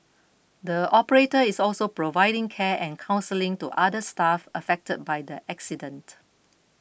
the operator is also providing care and counselling to other staff affected by the accident